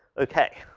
okay.